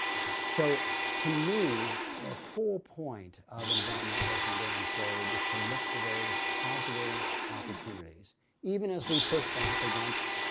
so to me the whole point of environmentalism going forward is to look for those positive opportunities even as we push back against.